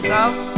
South